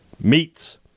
Meats